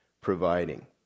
providing